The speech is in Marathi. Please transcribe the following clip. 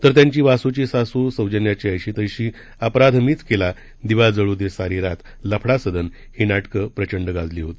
तर त्यांची वासूची सासू सौजन्याची ऐशी तैशी अपराध मीच केला दिवा जळू दे सारी रात लफडासदन ही नाटकं प्रचंड गाजली होती